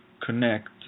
Connect